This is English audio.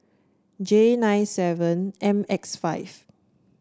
J nine seven M X five